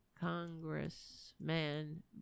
Congressman